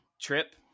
trip